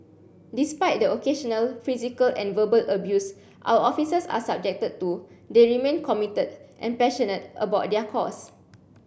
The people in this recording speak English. despite the occasional physical and verbal abuse our officers are subjected to they remain committed and passionate about their cause